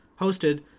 hosted